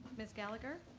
ms. gallagher.